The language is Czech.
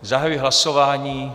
Zahajuji hlasování.